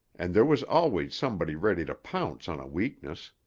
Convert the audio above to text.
and there was always somebody ready to pounce on a weakness.